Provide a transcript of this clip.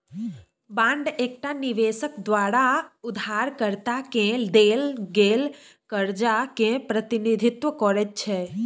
bond एकटा निबेशक द्वारा उधारकर्ता केँ देल गेल करजा केँ प्रतिनिधित्व करैत छै